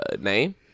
name